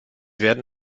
werden